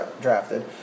drafted